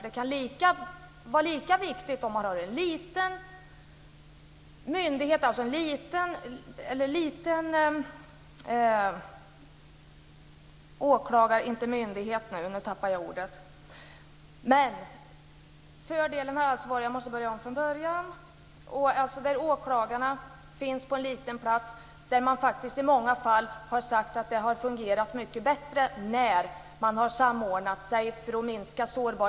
Det kan vara lika viktigt med en liten . Nu tappar jag ordet. Jag börjar om från början. Åklagarna kan finnas på en liten plats, men i många fall har man faktiskt sagt att det har fungerat mycket bättre när man har samordnat sig på en större ort.